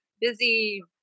busy